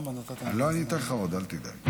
למרות הימים הקשים והמתסכלים עם היוודע על המספרים,